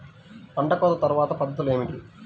పంట కోత తర్వాత పద్ధతులు ఏమిటి?